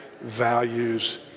values